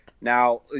now